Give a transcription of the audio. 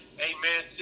amen